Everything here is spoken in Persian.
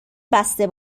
بسته